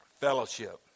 fellowship